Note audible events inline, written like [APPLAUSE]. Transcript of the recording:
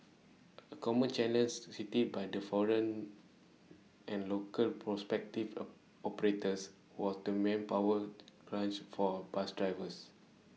A common [UNINTELLIGIBLE] cited by the foreign and local prospective [HESITATION] operators were to manpower crunch for bus drivers